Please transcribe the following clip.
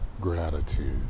gratitude